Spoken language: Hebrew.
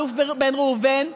האלוף בן ראובן,